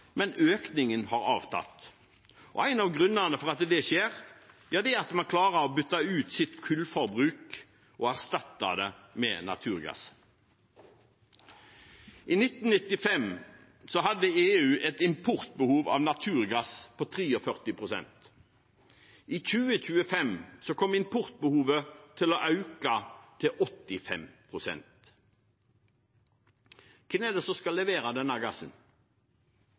men økningen har avtatt. En av grunnene til at det skjer, er at man klarer å bytte ut sitt kullforbruk og erstatte det med naturgass. I 1995 hadde EU et importbehov av naturgass på 43 pst. I 2025 kommer importbehovet til å øke til 85 pst. Hvem er det som skal levere denne gassen?